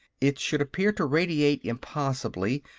it should appear to radiate impossibly,